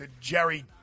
Jerry